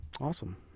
Awesome